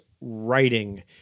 writing